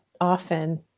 often